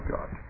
God